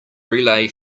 relay